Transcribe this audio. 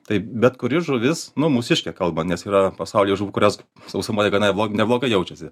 taip bet kuri žuvis nu mūsiškė kalba nes yra pasaulyje žuvų kurios sausumoje gana neblogai jaučiasi